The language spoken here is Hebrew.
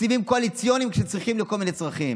תקציבים קואליציוניים שצריכים לכל מיני צרכים.